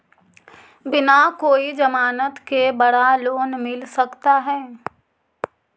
बिना कोई जमानत के बड़ा लोन मिल सकता है?